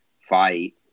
fight